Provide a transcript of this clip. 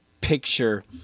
picture